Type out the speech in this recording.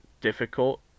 difficult